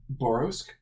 Borosk